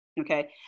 Okay